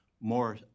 more